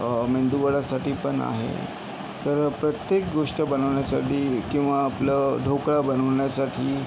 मेदू वडासाठी पण आहे तर प्रत्येक गोष्ट बनवण्यासाठी किंवा आपलं ढोकळा बनवण्यासाठी